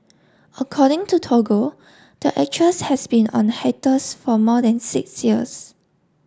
according to Toggle the actress has been on a hiatus for more than six years